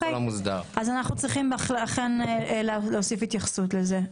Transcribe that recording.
אוקיי, אז אנחנו צריכים להוסיף התייחסות לזה.